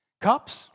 Cups